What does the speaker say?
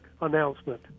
announcement